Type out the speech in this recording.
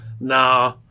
nah